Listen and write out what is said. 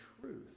truth